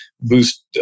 boost